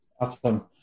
awesome